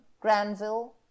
granville